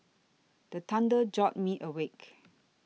the thunder jolt me awake